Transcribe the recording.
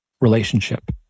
relationship